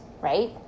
right